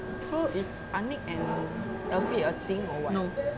so is aniq and elfie a thing or what